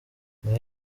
naho